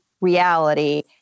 reality